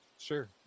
Sure